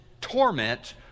torment